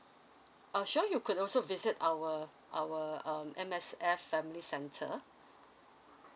uh sure you could also visit our our um M_S_F family centre